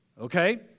Okay